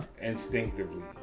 Instinctively